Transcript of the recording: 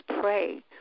pray